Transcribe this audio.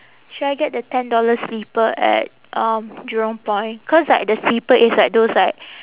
should I get the ten dollar slipper at um jurong point cause like the slipper is like those like